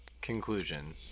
conclusion